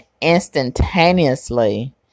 instantaneously